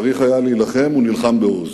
כשצריך היה להילחם, הוא נלחם בעוז.